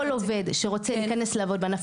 כל עובד שרוצה להיכנס לעבוד בענף